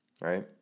right